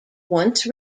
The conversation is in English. once